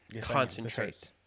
Concentrate